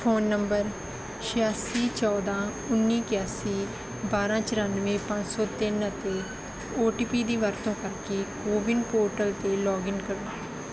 phone number ਛਿਆਸੀ ਚੌਦ੍ਹਾਂ ਉੱਨੀ ਇਕਾਸੀ ਬਾਰ੍ਹਾਂ ਚੁਰਾਨਵੇਂ ਪੰਜ ਸੌ ਤਿੰਨ ਅਤੇ ਓ ਟੀ ਪੀ ਦੀ ਵਰਤੋਂ ਕਰਕੇ ਕੋਵਿਨ ਪੋਰਟਲ 'ਤੇ ਲੌਗਇਨ ਕਰੋ